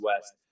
West